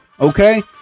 okay